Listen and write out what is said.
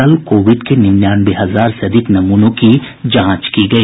कल कोविड के निन्यानवे हजार से अधिक नमूनों की जांच की गई